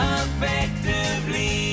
effectively